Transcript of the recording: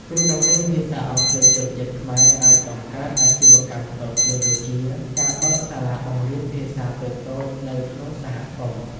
គ្រូបង្រៀនភាសាអង់គ្លេសជនជាតិខ្មែរអាចបង្កើតអាជីវកម្មផ្ទាល់ខ្លួនដូចជា ការបើកសាលាបង្រៀនភាសាតូចៗនៅក្នុងសហគមន៍។